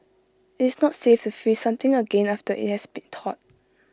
it's not safe to freeze something again after IT has be thawed